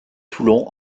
toulon